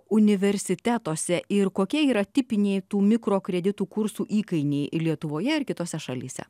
universitetuose ir kokie yra tipiniai tų mikrokreditų kursų įkainiai lietuvoje ir kitose šalyse